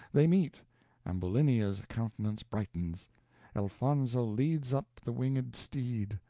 they meet ambulinia's countenance brightens elfonzo leads up the winged steed.